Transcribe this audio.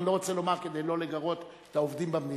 אני לא רוצה לומר כדי לא לגרות את העובדים במדינה,